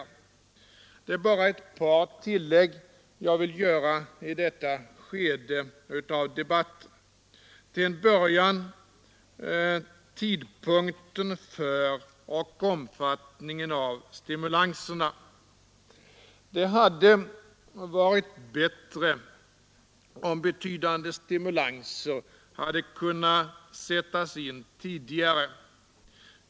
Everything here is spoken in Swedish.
I detta skede av debatten vill jag bara göra ett par tillägg och börjar då med tidpunkten för och omfattningen av stimulanserna. Det hade varit bättre om betydande stimulanser hade kunnat sättas in tidigare.